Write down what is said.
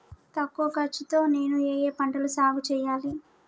తక్కువ ఖర్చు తో నేను ఏ ఏ పంటలు సాగుచేయాలి?